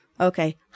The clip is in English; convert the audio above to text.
Okay